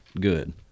good